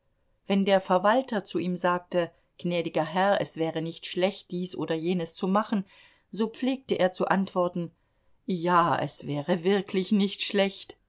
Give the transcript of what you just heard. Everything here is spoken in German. wenn der verwalter zu ihm sagte gnädiger herr es wäre nicht schlecht dies oder jenes zu machen so pflegte er zu antworten ja es wäre wirklich nicht schlecht